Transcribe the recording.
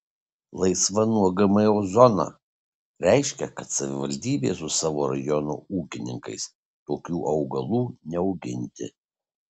laisva nuo gmo zona reiškia kad savivaldybė su savo rajono ūkininkais tokių augalų neauginti